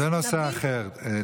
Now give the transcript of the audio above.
זה נושא אחר.